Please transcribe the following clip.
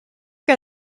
get